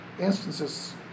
Instances